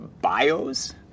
bios